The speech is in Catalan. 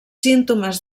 símptomes